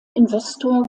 investor